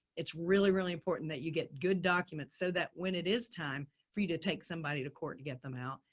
it's really, really important that you get good documents so that when it is time for you to take somebody to court to get them out,